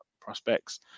prospects